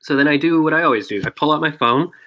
so then i do what i always do, i pull out my phone,